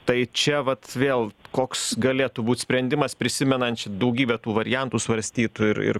tai čia vat vėl koks galėtų būt sprendimas prisimenant čia daugybę tų variantų svarstytų ir ir